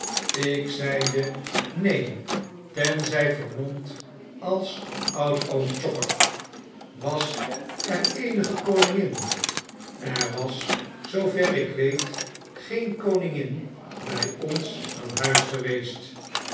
ik zeide neen tenzy vermomd als oud oom chopper was er eenige koningin er was zoover ik weet geen koningin by ons aan huis geweest